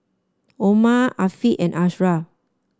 Omar Afiq and Ashraff